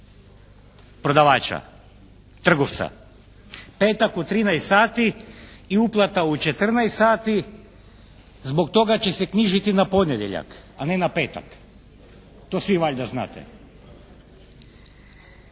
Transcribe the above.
prodavača, trgovca. Petak u 13 sati i uplata u 14 sati, zbog toga će se knjižiti na ponedjeljak a ne na petak. To svi valjda znate.